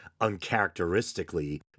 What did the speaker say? uncharacteristically